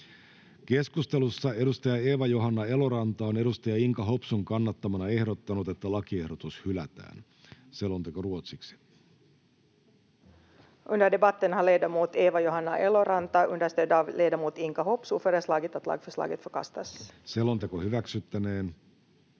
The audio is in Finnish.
Keskustelussa edustaja Eeva-Johanna Eloranta on edustaja Inka Hopsun kannattamana ehdottanut, että lakiehdotus hylätään. — Selonteko ruotsiksi. Toiseen käsittelyyn